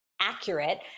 accurate